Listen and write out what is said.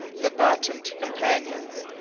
the battened companions,